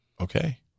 okay